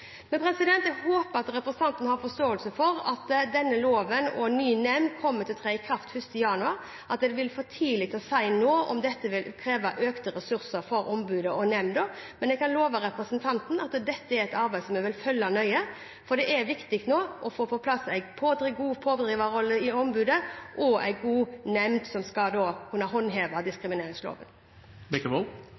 Jeg håper at representanten har forståelse for at denne loven og en ny nemnd kommer til å tre i kraft 1. januar 2018, og at det derfor er for tidlig å si nå om dette vil kreve økte ressurser for ombudet og nemnda. Men jeg kan love representanten at dette er et arbeid som vi vil følge nøye, for det er viktig nå å få på plass en god pådriverrolle i ombudet og en god nemnd som skal kunne håndheve